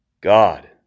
God